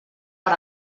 per